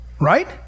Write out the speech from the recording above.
Right